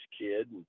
kid